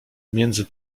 pomiędzy